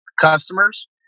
customers